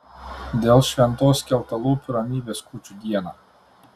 dėl šventos skeltalūpių ramybės kūčių dieną